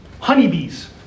honeybees